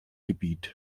gebiet